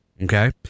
Okay